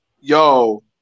Yo